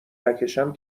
نکشم